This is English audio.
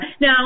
Now